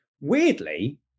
Weirdly